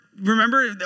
remember